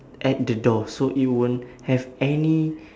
at the door so it won't have any